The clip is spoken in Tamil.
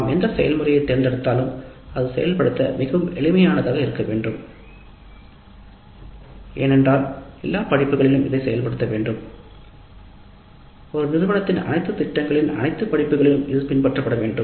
நாம் எந்த செயல்முறையைத் தேர்ந்தெடுத்தாலும் அது செயல்படுத்த மிகவும் எளிமையானதாக இருக்க வேண்டும் ஏனென்றால் எல்லா படிப்புகளிலும் இதை செயல்படுத்த வேண்டும் ஒரு நிறுவனத்தின் அனைத்து திட்டங்களின் அனைத்து படிப்புகளுக்கும் இது பின்பற்றப்பட வேண்டும்